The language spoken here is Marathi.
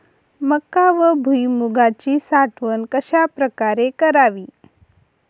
मका व भुईमूगाची साठवण कशाप्रकारे करावी?